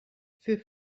für